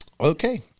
Okay